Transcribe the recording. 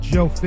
Joe